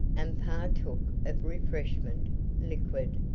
and partook of refreshment liquid,